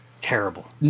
Terrible